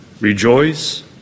Rejoice